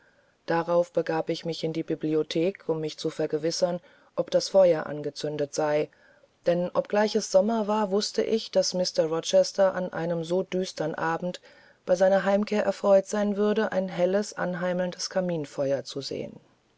darauf begab ich mich in die bibliothek um mich zu vergewissern ob das feuer angezündet sei denn obgleich es sommer war wußte ich daß mr rochester an einem so düstern abend bei seiner heimkehr erfreut sein würde ein helles anheimelndes kaminfeuer zu sehen